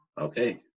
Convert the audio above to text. Okay